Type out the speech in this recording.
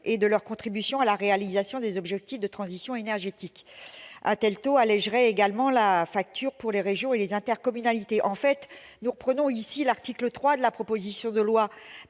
et de leur contribution à la réalisation des objectifs de transition énergétique. Un tel taux allégerait également la facture pour les régions et les intercommunalités. Nous reprenons ici l'article 3 de notre proposition de loi